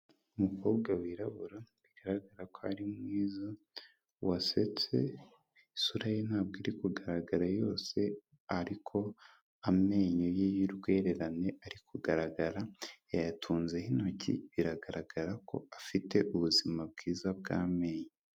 Umukobwa wirabura bigaragara ko ari mwiza wasetse, isura ye ntabwo iri kugaragara yose ariko amenyo ye y'urwererane ari kugaragara, yayatunzeho intoki biragaragara ko afite ubuzima bwiza bw'amenyo.